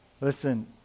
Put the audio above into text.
Listen